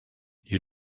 you